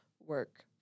work